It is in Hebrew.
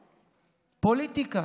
פוליטיקה.